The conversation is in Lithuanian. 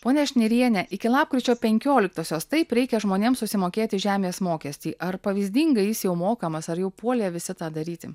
ponia šniriene iki lapkričio penkioliktosios taip reikia žmonėms susimokėti žemės mokestį ar pavyzdingai jis jau mokamas ar jau puolė visi tą daryti